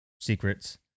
secrets